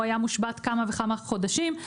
הוא היה מושבת כמה וכמה חודשים.